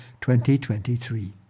2023